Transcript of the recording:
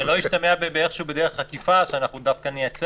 שלא ישתמע איכשהו בדרך עקיפה שאנחנו דווקא נייצר